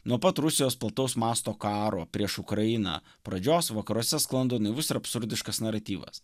nuo pat rusijos plataus masto karo prieš ukrainą pradžios vakaruose sklando naivus ir absurdiškas naratyvas